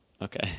Okay